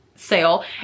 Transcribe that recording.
sale